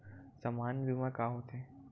सामान्य बीमा का होथे?